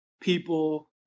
people